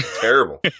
Terrible